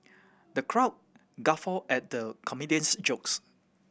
the crowd guffaw at the comedian's jokes